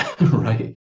right